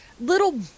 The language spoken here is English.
little